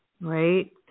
right